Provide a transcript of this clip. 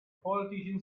politician